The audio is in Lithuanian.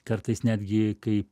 kartais netgi kai